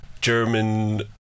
german